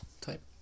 type